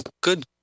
good